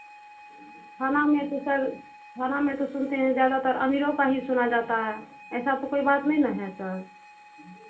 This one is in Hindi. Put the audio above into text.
थाना में तो सर थाना में तो सुनते हैं ज़्यादातर अमीरों का ही सुना जाता है ऐसा तो कोई बात नहीं ना है सर